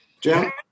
Jim